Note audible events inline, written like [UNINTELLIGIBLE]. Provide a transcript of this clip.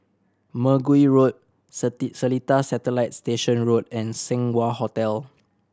Mergui Road [UNINTELLIGIBLE] Seletar Satellite Station Road and Seng Wah Hotel